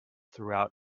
throughout